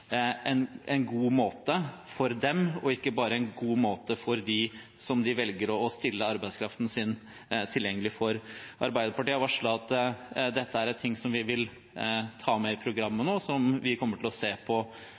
god måte for dem, og ikke bare på en god måte for dem som de velger å stille arbeidskraften sin tilgjengelig for. Arbeiderpartiet har varslet at dette er noe som vi vil ta med i programmet, og som vi kommer til å se på